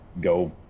go